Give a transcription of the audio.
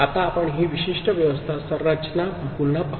आता आपण ही विशिष्ट व्यवस्था संरचना पुन्हा पाहू